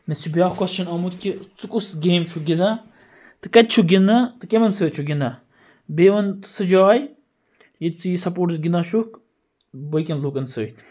مےٚ چھُ بیاکھ کوٚشچھَن آمُت کہِ ژٕ کُس گیم چھُکھ گِنٛدان تہٕ کَتہِ چھُکھ گِنٛدان تہٕ کِمَن سۭتۍ چھُکھ گِنٛدان بیٚیہِ ون سُہ جاے ییٚتہِ ژٕ یہِ سپوٹس گِنٛدان چھُکھ باقیَن لُکَن سۭتۍ